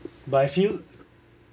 but I feel